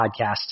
podcast